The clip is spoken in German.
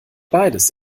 beides